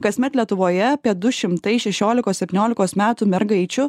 kasmet lietuvoje apie du šimtai šešiolikos septyniolikos metų mergaičių